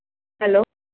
hello